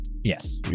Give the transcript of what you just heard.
Yes